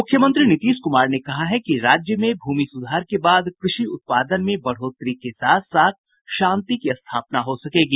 मुख्यमंत्री नीतीश कुमार ने कहा है कि राज्य में भूमि सुधार के बाद कृषि उत्पादन में बढ़ोतरी के साथ साथ शांति की स्थापना हो सकेगी